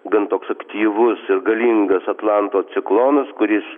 gan toks aktyvus ir galingas atlanto ciklonas kuris